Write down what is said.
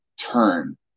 turn